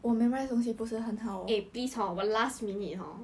eh please hor 我 last minute hor